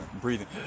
breathing